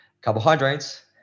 Carbohydrates